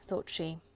thought she,